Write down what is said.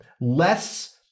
less